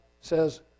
says